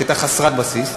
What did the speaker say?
שהייתה חסרת בסיס.